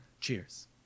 Cheers